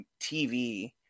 TV